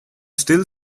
still